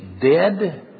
dead